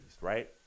right